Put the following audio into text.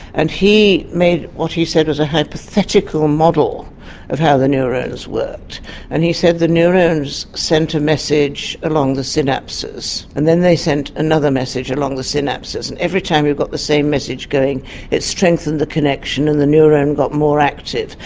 and he made what he said was a hypothetical model of how the neurons worked and he said the neurons sent a message along the synapses and then they sent another message along the synapses and every time we got the same message going it strengthened the connection and the neuron got more active.